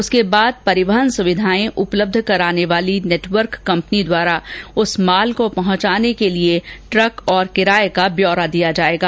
उसके बाद परिवहन सुविधाएं उपलब्ध कराने वाली नेटवर्क कंपनी द्वारा उस माल को पहुंचाने के लिए ट्रक और किराये का ब्यौरा दिया जायेगा